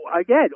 again